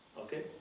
Okay